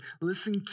Listen